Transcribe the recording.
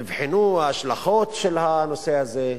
נבחנו ההשלכות של הנושא הזה,